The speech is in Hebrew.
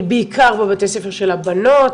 היא בעיקר בבתי ספר של הבנות,